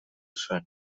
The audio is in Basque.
zuen